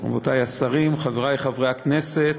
רבותי השרים, חברי חברי הכנסת,